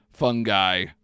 Fungi